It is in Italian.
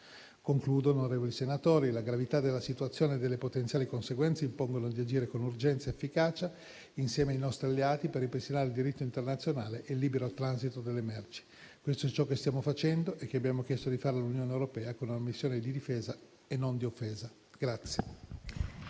conclusione, onorevoli senatori, la gravità della situazione e delle potenziali conseguenze impongono di agire con urgenza ed efficacia insieme ai nostri alleati per ripristinare il diritto internazionale e il libero transito delle merci. Questo è ciò che stiamo facendo e che abbiamo chiesto di fare all'Unione europea con una missione di difesa e non di offesa.